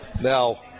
now